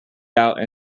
doubt